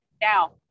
Now